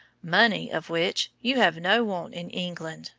money, of which you have no want in england,